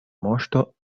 moŝto